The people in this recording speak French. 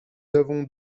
avons